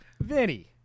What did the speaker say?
Vinny